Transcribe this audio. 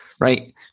right